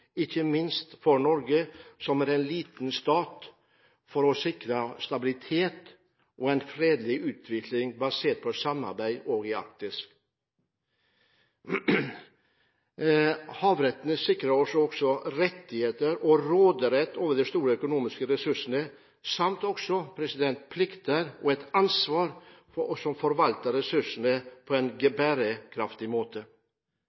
ikke minst for Norge, som er en liten stat, for å sikre stabilitet og en fredelig utvikling basert på samarbeid i Arktis. Havretten sikrer oss rettigheter og råderett over de store økonomiske ressursene. Vi har også en plikt og et ansvar for å forvalte ressursene på en bærekraftig måte.